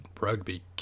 rugby